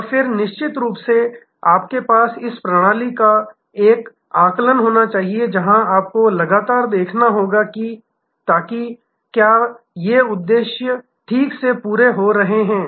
और फिर निश्चित रूप से आपके पास इस प्रणाली का एक आकलन होना चाहिए जहां आपको लगातार देखना होगा ताकि क्या ये उद्देश्य ठीक से पूरा हो रहे हैं